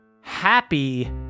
happy